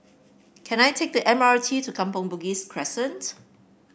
can I take the M R T to Kampong Bugis Crescent